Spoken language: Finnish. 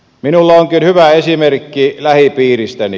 minulla onkin hyvä esimerkki lähipiiristäni